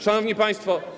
Szanowni Państwo!